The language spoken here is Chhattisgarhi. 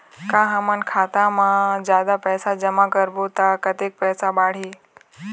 का हमन खाता मा जादा पैसा जमा करबो ता कतेक पैसा बढ़ही?